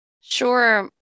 Sure